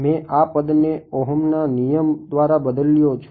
મેં આ પદને ઓહામના નિયમ દ્વારા બદલ્યો છું